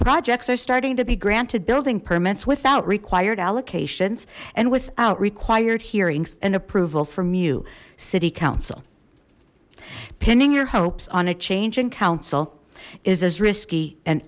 projects are starting to be granted building permits without required allocations and without required hearings and approval from you city council pinning your hopes on a change in council is as risky and